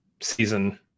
season